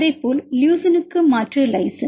அதேபோல் லுசினுக்கு மாற்று லைசின்